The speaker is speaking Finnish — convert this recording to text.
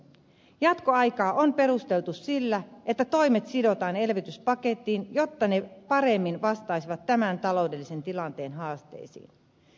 jatkoaikaa on perusteltu sillä että toimet sidotaan elvytyspakettiin jotta ne paremmin vastaisivat tämän taloudellisen tilanteen haasteisiin